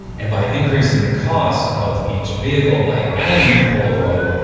and by increasing the cost of each vehicle by adding polaroid,